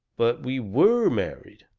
but we were married.